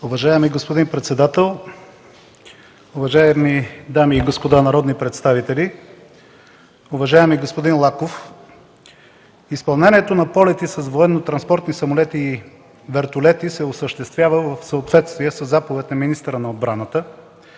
Уважаеми господин председател, уважаеми дами и господа народни представители! Уважаеми господин Лаков, изпълнението на полети с военно-транспортни самолети и вертолети се осъществява в съответствие със заповед на министъра на отбраната,